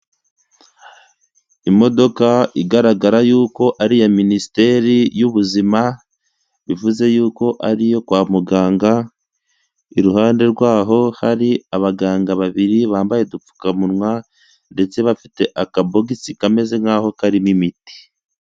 Imodoka igaragara y'uko ari iya minisiteri y'ubuzima ,bivuze yuko ariyo kwa muganga ,iruhande rwaho hari abaganga babiri bambaye udupfukamunwa, ndetse bafite akabogisi kameze nk'aho karimo imiti.